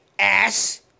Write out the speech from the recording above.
Ass